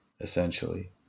essentially